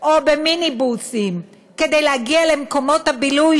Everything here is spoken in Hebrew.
או במיניבוסים כדי להגיע למקומות הבילוי